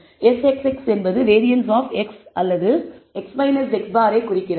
Sxx என்பது variance of x அல்லது x x̅ குறிக்கிறது